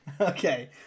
Okay